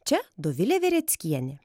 čia dovilė vereckienė